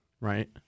right